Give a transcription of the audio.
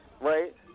right